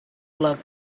luck